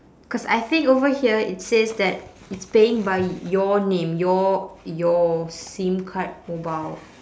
cause I think over here it says that it's paying by your name your your sim card mobile